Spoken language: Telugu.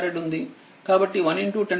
కాబట్టి110 6 100అంటే100మైక్రో కూలుంబ్